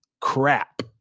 crap